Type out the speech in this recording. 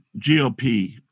GOP